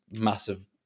massive